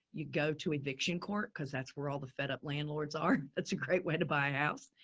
you go to eviction court. cause that's where all the fed up landlords are. that's a great way to buy a house.